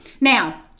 Now